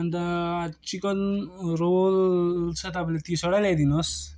अन्त chicken roll चाहिँ तपाईँले तिसवटा ल्याइदिनुहोस्